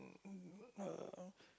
uh